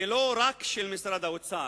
ולא רק של משרד האוצר.